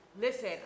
Listen